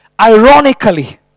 Ironically